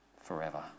forever